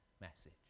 message